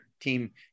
team